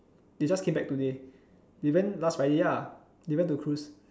they just came back today they went last friday ya they went to cruise